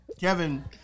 Kevin